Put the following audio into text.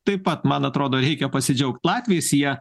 taip pat man atrodo reikia pasidžiaugt latviais jie